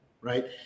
right